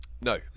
No